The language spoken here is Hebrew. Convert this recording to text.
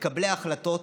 מקבלי ההחלטות,